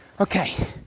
Okay